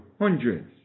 hundreds